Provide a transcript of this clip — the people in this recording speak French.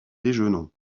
déjeunons